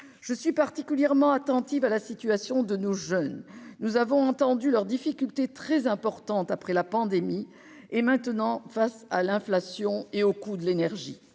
je suis particulièrement attentive à la situation de nos jeunes, nous avons entendu leurs difficultés très importantes après la pandémie et maintenant face à l'inflation et au coût de l'énergie